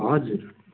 हजुर